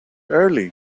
early